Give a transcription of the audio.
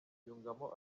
yungamo